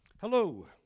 Hello